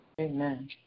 Amen